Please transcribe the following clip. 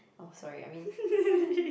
oh sorry I mean